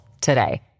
today